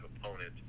opponent